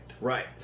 Right